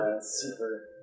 super